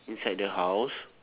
inside the house